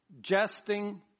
Jesting